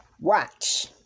Watch